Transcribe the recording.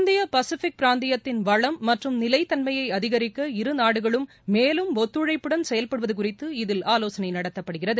இந்திய பசிபிக் பிராந்தியத்தின் வளம் மற்றும் நிலைத்தன்மையை அதிகரிக்க இருநாடுகளும் மேலும் ஒத்துழைப்புடன் செயல்படுவது குறித்து இதில் ஆலோசனை நடத்தப்படுகிறது